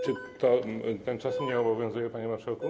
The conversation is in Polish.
Czy ten czas mnie obowiązuje, panie marszałku?